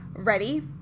ready